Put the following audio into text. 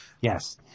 Yes